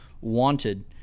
wanted